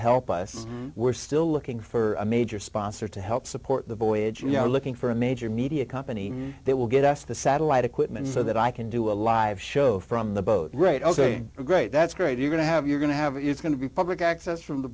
help us we're still looking for a major sponsor to help support the voyage you know looking for a major media company that will get us the satellite equipment so that i can do a live show from the boat great ok great that's great you're going to have you're going to have it's going to be public access from the